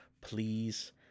please